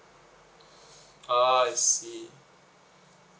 ah I see